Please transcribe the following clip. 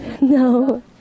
No